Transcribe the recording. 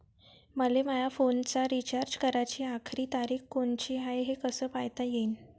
मले माया फोनचा रिचार्ज कराची आखरी तारीख कोनची हाय, हे कस पायता येईन?